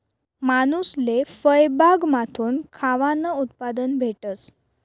मानूसले फयबागमाथून खावानं उत्पादन भेटस